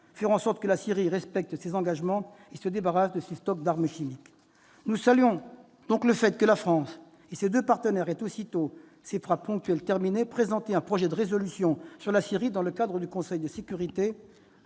faire en sorte que la Syrie respecte ses engagements et se débarrasse de ses stocks d'armes chimiques. Nous saluons donc le fait que la France et ses deux partenaires aient, sitôt ces frappes ponctuelles terminées, présenté un projet de résolution sur la Syrie dans le cadre du Conseil de sécurité.